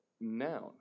noun